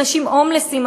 אנשים שהם הומלסים,